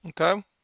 Okay